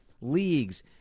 leagues